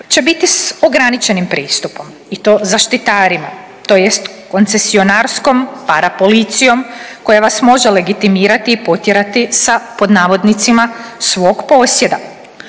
će biti s ograničenim pristupom i to zaštitarima tj. koncesionarskom para policijom koja vas može legitimirati i potjerati sa pod navodnicima svog posjeda.